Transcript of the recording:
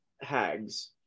hags